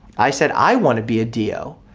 i said i wanna be a d o.